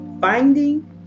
finding